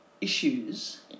issues